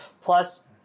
Plus